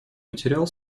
материал